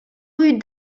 rue